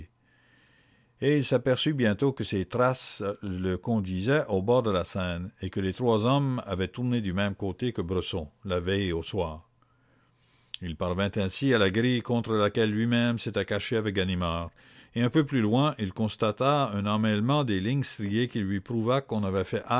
et il s'aperçut bientôt que ces traces le conduisaient au bord de la seine et que les trois hommes avaient tourné du même côté que bresson la veille au soir il parvint ainsi à la grille contre laquelle lui-même s'était caché avec ganimard et un peu plus loin il constata un emmêlement des lignes striées qui lui prouva qu'on avait fait